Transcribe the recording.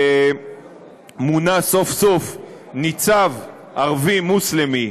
מונה סוף-סוף ניצב ערבי מוסלמי,